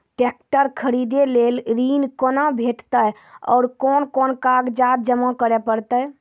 Tractor खरीदै लेल ऋण कुना भेंटते और कुन कुन कागजात जमा करै परतै?